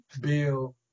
Bill